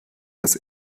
das